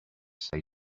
say